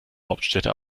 hauptstädte